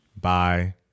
Bye